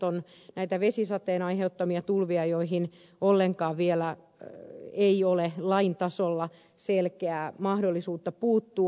on näitä vesisateen aiheuttamia tulvia joihin ollenkaan vielä ei ole lain tasolla selkeää mahdollisuutta puuttua